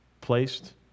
placed